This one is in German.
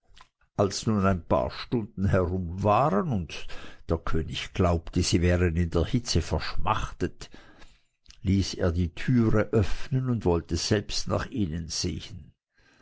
als nun ein paar stunden herum waren und der könig glaubte sie wären in der hitze verschmachtet ließ er die türe öffnen und wollte selbst nach ihnen sehen